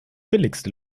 billigste